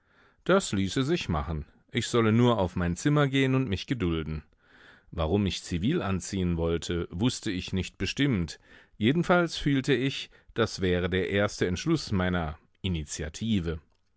das ließe sich machen ich solle nur auf mein zimmer gehen und mich gedulden warum ich zivil anziehen wollte wußte ich nicht bestimmt jedenfalls fühlte ich das wäre der erste entschluß meiner initiative